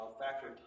factor